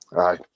Aye